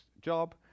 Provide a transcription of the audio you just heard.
job